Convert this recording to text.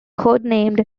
codenamed